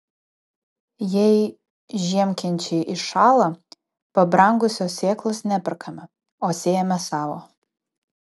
jei žiemkenčiai iššąla pabrangusios sėklos neperkame o sėjame savo